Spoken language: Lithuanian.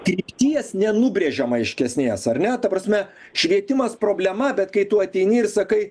krypties nenubrėžiama aiškesnės ar ne ta prasme švietimas problema bet kai tu ateini ir sakai